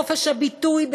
בחופש הביטוי,